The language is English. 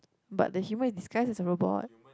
but the human disguised a as robot